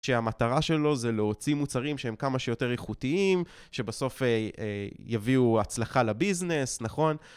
שהמטרה שלו זה להוציא מוצרים שהם כמה שיותר איכותיים, שבסוף יביאו הצלחה לביזנס, נכון?